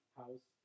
house